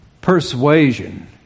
persuasion